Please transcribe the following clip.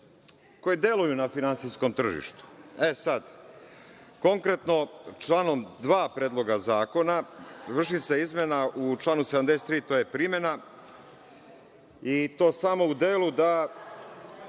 koji deluju na finansijskom tržištu.E sad, konkretno članom 2. Predloga zakona vrši se izmena u članu 73, to je primena, i to samo u delu da